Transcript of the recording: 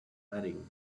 hurrying